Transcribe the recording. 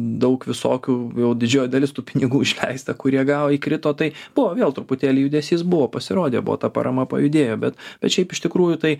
daug visokių jau didžioji dalis tų pinigų išleista kurie gavo įkrito tai buvo vėl truputėlį judesys buvo pasirodė buvo ta parama pajudėjo bet bet šiaip iš tikrųjų tai